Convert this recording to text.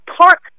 park